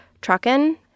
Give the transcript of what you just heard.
trucking